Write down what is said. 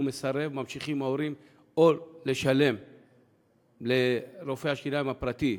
ואם הוא מסרב ההורים ממשיכים לשלם לרופא השיניים הפרטי,